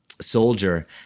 soldier